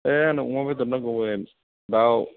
ए आंनो अमा बेदर नांगौमोन दाउ